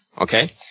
Okay